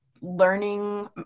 learning